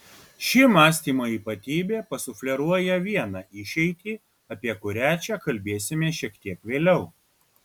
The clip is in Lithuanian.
ši mąstymo ypatybė pasufleruoja vieną išeitį apie kurią čia kalbėsime šiek tiek vėliau